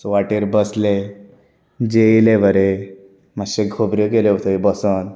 so वाटेर बसले जेयले बरें मातशो खबऱ्यो केल्यो थंय बसून